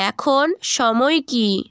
এখন সময় কী